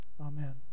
amen